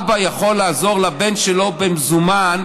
אבא יכול לעזור לבן שלו במזומן.